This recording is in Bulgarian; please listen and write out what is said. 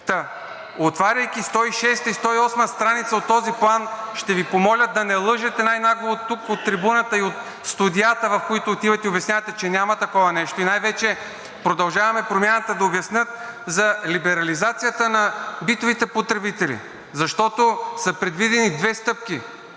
отваряйки 106-а и 108-ма от този план, ще Ви помоля да не лъжете най-нагло оттук, от трибуната, и от студията, в които отивате, и обяснявате, че няма такова нещо – и най-вече „Продължаваме Промяната“ да обяснят за либерализацията на битовите потребители, защото са предвидени две стъпки